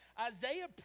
Isaiah